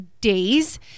days